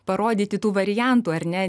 parodyti tų variantų ar ne